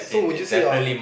so would you say you're